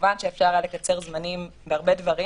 כמובן שהיה אפשר לקצר זמנים בהרבה דברים.